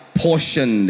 portion